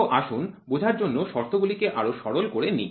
তো আসুন বোঝার জন্য শর্ত গুলি কে আরো সরল করে নিই